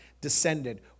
descended